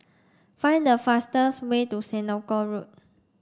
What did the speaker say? find the fastest way to Senoko Road